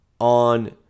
on –